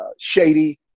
shady